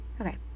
Okay